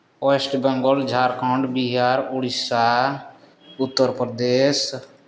West Bengal Jharkhand Bihar Odisha Uttar Pradesh